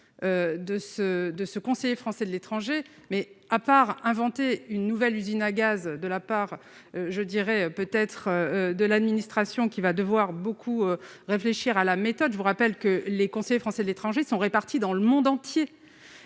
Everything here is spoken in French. de ce Conseil français de l'étranger, mais à part inventer une nouvelle usine à gaz de la part, je dirais peut-être de l'administration qui va devoir beaucoup réfléchir à la méthode, je vous rappelle que les conseillers français de l'étranger sont répartis dans le monde entier,